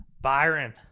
Byron